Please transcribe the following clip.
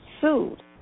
sued